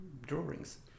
drawings